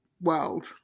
world